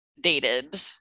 dated